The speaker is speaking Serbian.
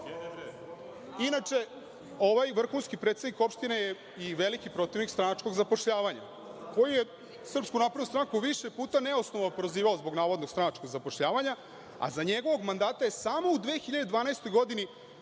Inače, ovaj vrhunski predsednik opštine je i veliki protivnik stranačkog zapošljavanja, koji je SNS više puta neosnovano prozivao zbog navodno stranačkog zapošljavanja, a za njegovog mandata je samo u 2012. godini